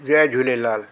Jay Jhulelal